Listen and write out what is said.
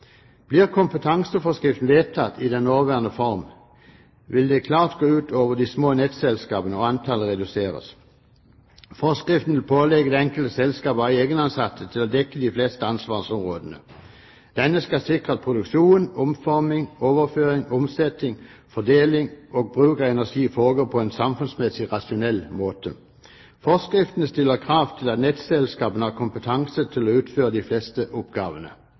Blir kompetanseforskriften vedtatt i den nåværende form, vil det klart gå ut over de små nettselskapene, og antallet vil reduseres. Forskriften vil pålegge det enkelte selskap å ha egenansatte til å dekke de fleste ansvarsområdene. Den skal sikre at produksjon, omforming, overføring, omsetning, fordeling og bruk av energi foregår på en samfunnsmessig rasjonell måte. Forskriften stiller krav til at nettselskapene har kompetanse til å utføre de fleste